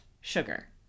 sugar